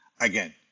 again